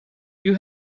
you